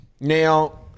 Now